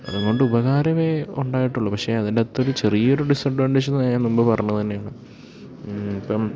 അതുകൊണ്ട് ഉപകാരമേയുണ്ടായിട്ടുള്ളൂ പക്ഷേ അതിൻ്റെയകത്തൊരു ചെറിയൊരു ഡിസ്അഡ്വാൻറ്റേജ് ഞാന് മുമ്പേ പറഞ്ഞതുതന്നെയാണ് ഇപ്പം